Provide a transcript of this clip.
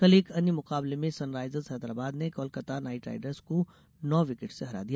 कल एक अन्य मुकाबले में सनराइजर्स हैदराबाद ने कोलकाता नाइट राइडर्स को नौ विकेट से हरा दिया